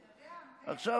אתה יודע, מילא.